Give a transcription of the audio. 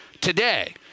today